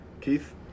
Keith